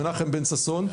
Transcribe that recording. מנחם בן-ששון,